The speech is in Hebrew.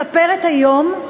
מספרת היום,